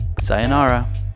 Sayonara